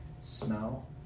smell